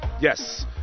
yes